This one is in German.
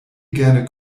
gerne